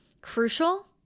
crucial